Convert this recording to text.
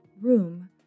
room